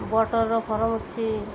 ବତକର farm ଅଛି